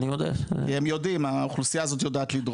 כי הם יודעים, האוכלוסייה הזאת יודעת לדרוש.